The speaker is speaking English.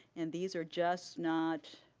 and these are just not,